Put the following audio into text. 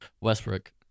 Westbrook